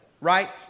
right